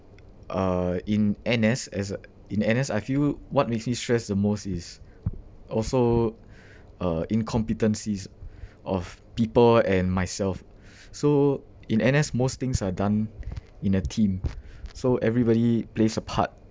uh in N_S as in N_S I feel what makes me stressed the most is also uh incompetencies of people and myself so in N_S most things are done in a team so everybody plays a part